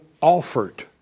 offered